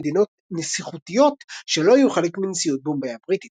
מדינות נסיכותיות שלא היו חלק מנשיאות בומביי הבריטית.